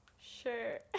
Sure